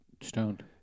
stoned